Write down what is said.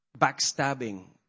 backstabbing